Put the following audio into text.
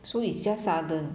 so it's just sudden